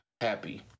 happy